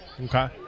Okay